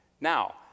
Now